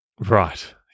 Right